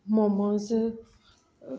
Momos